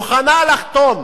מוכנה לחתום